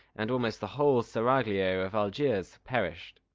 and almost the whole seraglio of algiers perished.